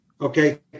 Okay